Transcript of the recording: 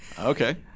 Okay